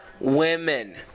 women